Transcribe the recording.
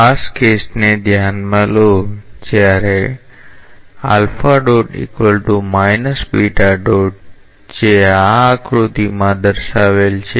ખાસ કેસને ધ્યાનમાં લો જ્યારે જે આ આકૃતિમાં દર્શાવેલ છે